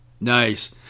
Nice